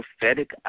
prophetic